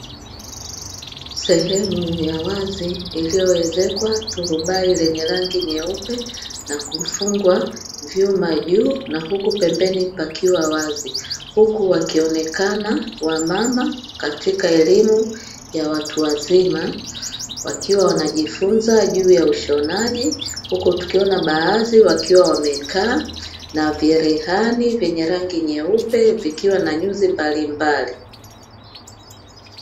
Sehemu ya wazi iliyoezekwa turubai lenye rangi nyeupe na kufungwa vyuma juu na pembeni pakiwa wazi huku wakionekana wanawake watu wazima wakiwa wanajifunza juu ya ushonaji huku baadhi wakiwa wamekaa na cherehani zenye rangi nyeupe zikiwa na nyuzi mbalimbali.